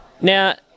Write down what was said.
now